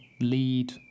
lead